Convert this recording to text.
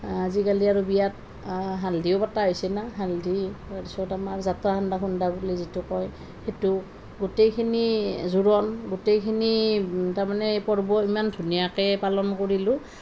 আজিকালি আৰু বিয়াত হালধিও পতা হৈছে নহয় হালধি তাৰপিছত আমাৰ যাত্ৰা বুলি যিটো কয় সেইটো গোটেইখিনি জোৰণ গোটেইখিনি তাৰমানে এই পৰ্ব ইমান ধুনীয়াকৈ পালন কৰিলোঁ